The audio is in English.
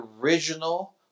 original